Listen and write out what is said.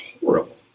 horrible